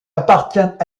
appartient